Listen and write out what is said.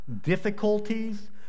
difficulties